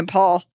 Paul